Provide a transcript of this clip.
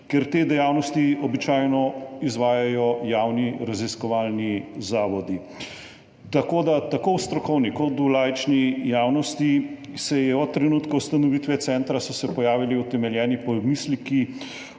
ker te dejavnosti običajno izvajajo javni raziskovalni zavodi. Tako da so se tako v strokovni kot v laični javnosti od trenutka ustanovitve centra pojavili utemeljeni pomisleki